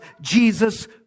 Jesus